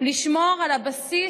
לשמור על הבסיס.